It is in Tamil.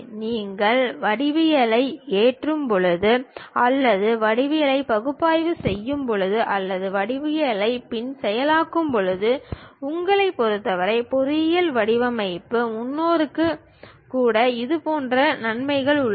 நீங்கள் வடிவவியலை ஏற்றும்போது அல்லது வடிவவியலை பகுப்பாய்வு செய்யும் போது அல்லது வடிவவியலை பின் செயலாக்கும்போது உங்களைப் பொறுத்தவரை பொறியியல் வடிவமைப்பு முன்னோக்குக்கு கூட இது போன்ற நன்மைகள் உள்ளன